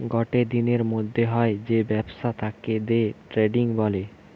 গটে দিনের মধ্যে হয় যে ব্যবসা তাকে দে ট্রেডিং বলে